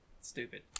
stupid